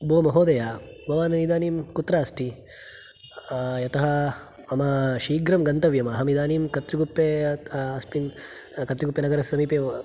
भोः महोदय भवान् इदानीं कुत्र अस्ति यतः मम शीघ्रं गन्तव्यम् अहमिदानीं कत्रिगुप्पे अस्मिन् कत्रिगुप्पेनगरस्य समीपे एव